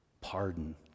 Pardon